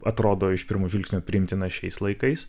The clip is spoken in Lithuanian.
atrodo iš pirmo žvilgsnio priimtina šiais laikais